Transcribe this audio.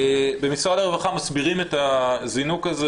במשרד הרווחה מסבירים את הזינוק הזה